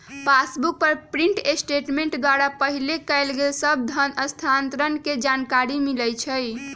passbook पर print statement द्वारा पहिले कएल गेल सभ धन स्थानान्तरण के जानकारी मिलइ छइ